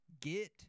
get